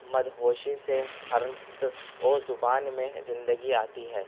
مدہوشی سے ہر اور زبان میں زندگی آتی ہے